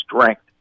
strength